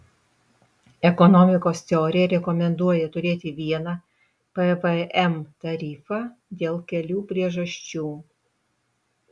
ekonomikos teorija rekomenduoja turėti vieną pvm tarifą dėl kelių priežasčių